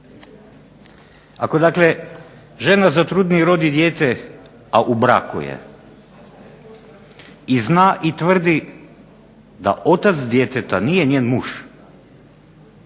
Ako dakle žena zatrudni i rodi dijete, a u braku je i zna i tvrdi da otac djeteta nije njen muž,